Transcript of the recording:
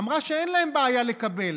אמרה שאין להם בעיה לקבל,